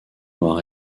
noir